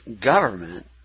government